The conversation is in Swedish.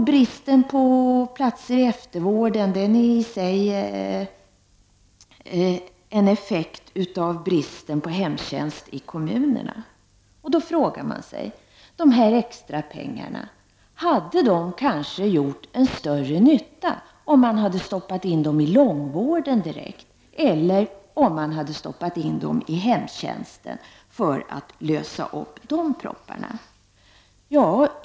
Bristen på platser i eftervården är i sig en effekt av bristen på hemtjänstpersonal i kommunerna. Då frågar man sig: Hade dessa extrapengar kanske gjort större nytta om de hade stoppats direkt in i långvården eller i hemtjänsten så att de propparna hade kunnat lösas upp?